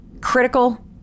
critical